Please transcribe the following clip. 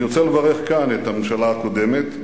אני רוצה לברך כאן את הממשלה הקודמת,